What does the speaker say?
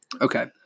Okay